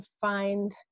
find